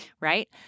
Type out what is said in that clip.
right